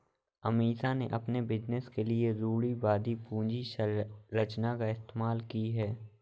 अमीषा ने अपने बिजनेस के लिए रूढ़िवादी पूंजी संरचना इस्तेमाल की है